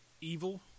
evil